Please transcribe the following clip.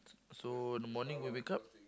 so the morning we wake up